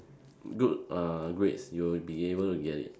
good uh grades you'll be able to get it